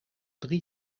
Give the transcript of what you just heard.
drie